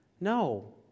No